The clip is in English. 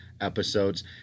episodes